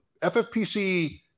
FFPC